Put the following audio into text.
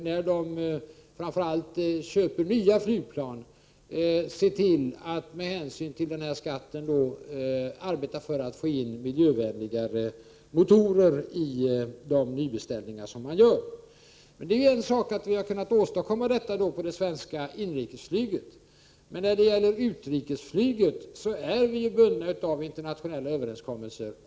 När de köper nya flygplan skall de framför allt se till att med hänsyn till denna skatt arbeta för att få miljövänligare motorer. Det är en sak att vi har kunnat åstadkomma detta på flygplanen inom inrikesflyget. Men i fråga om utrikesflyget är vi bundna av internationella överenskommelser.